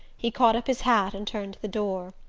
he caught up his hat and turned to the door.